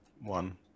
one